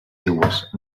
seues